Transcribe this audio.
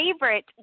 favorite